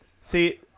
See